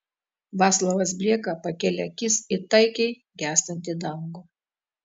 vaclovas blieka pakėlė akis į taikiai gęstantį dangų